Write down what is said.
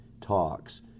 talks